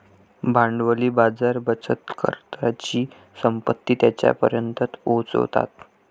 भांडवली बाजार बचतकर्त्यांची संपत्ती त्यांच्यापर्यंत पोहोचवतात